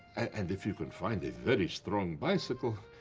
and if you can find a very strong bicycle,